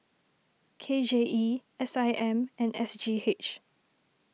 K J E S I M and S G H